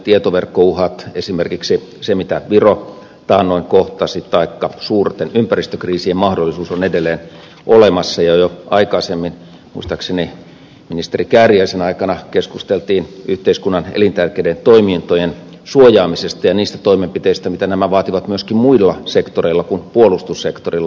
tietoverkkouhat esimerkiksi se mitä viro taannoin kohtasi taikka suurten ympäristökriisien mahdollisuus joka on edelleen olemassa ja jo aikaisemmin muistaakseni ministeri kääriäisen aikana keskusteltiin yhteiskunnan elintärkeiden toimintojen suojaamisesta ja niistä toimenpiteistä mitä nämä vaativat myöskin muilla sektoreilla kuin puolustussektorilla